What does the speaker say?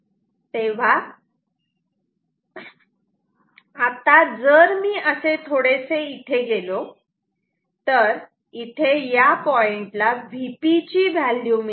तेव्हा आता जर मी असे थोडेसे इथे गेलो तर इथे या पॉईंटला Vp ची व्हॅल्यू मिळते